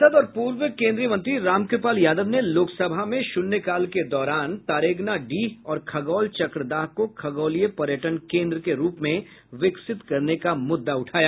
भाजपा सांसद और पूर्व केन्द्रीय मंत्री रामकृपाल यादव ने लोकसभा में शुन्यकाल के दौरान तारेगना डीह और खगौल चक्रदाह को खगौलीय पर्यटन केन्द्र के रूप में विकसित करने का मुद्दा उठाया